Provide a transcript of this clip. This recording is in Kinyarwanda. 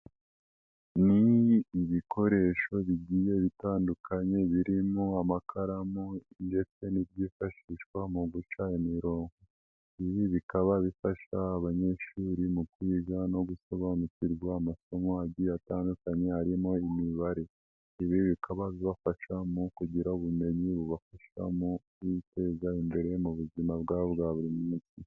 Ibikoresho bigiye bitandukanye birimo amakaramu ndetse n'ibyifashishwa mu guca imirongo, ibi bikaba bifasha abanyeshuri mu kwiga no gusobanukirwa amasomo atandukanye harimo imibare, ibi bikaba bibafasha mu kugira ubumenyi bubafasha mu kwiteza imbere mu buzima bwabo bwa buri munsi.